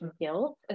guilt